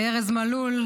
לארז מלול,